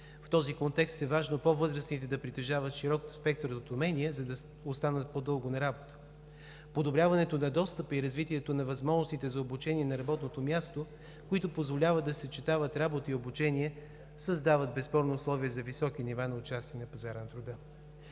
В този контекст е важно по-възрастните да притежават широк спектър от умения, за да останат по-дълго на работа. Подобряването на достъпа и развитието на възможностите за обучение на работното място, които позволяват да съчетават работа и обучение, създават безспорни условия за високи нива на участие на пазара на труда.